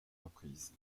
reprises